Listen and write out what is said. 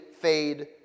fade